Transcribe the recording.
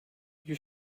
you